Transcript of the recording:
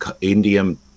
Indian